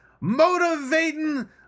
motivating